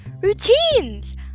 routines